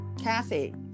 Kathy